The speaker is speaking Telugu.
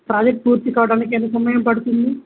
ప్రాజి పూర్తికోవడానికి ఎంత సమయం పడుతుంది